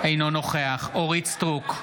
אינו נוכח אורית מלכה סטרוק,